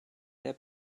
der